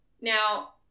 Now